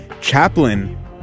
chaplain